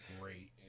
great